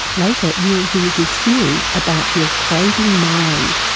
later you'll hear his theory about your craving mind.